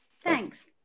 thanks